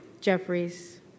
Jeffries